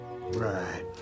right